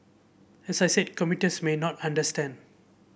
as I said commuters may not understand